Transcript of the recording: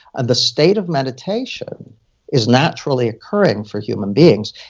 and the state of meditation is naturally occurring for human beings.